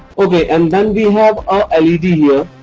ok and then we have a led here.